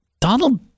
donald